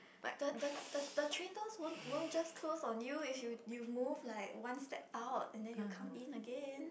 the the the the train don't won't won't just close on you if you you move like one step out and then you come in again